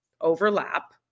overlap